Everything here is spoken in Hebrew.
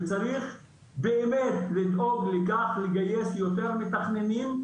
וצריך באמת לדאוג לכך לגייס יותר מתכננים.